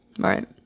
right